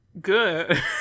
good